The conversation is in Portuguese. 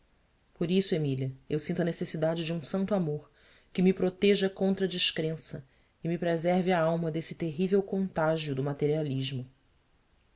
por isso emília eu sinto a necessidade de um santo amor que me proteja contra a descrença e me preserve a alma desse terrível contágio do materialismo